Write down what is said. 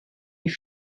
die